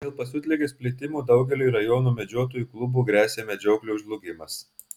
dėl pasiutligės plitimo daugeliui rajono medžiotojų klubų gresia medžioklių žlugimas